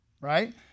Right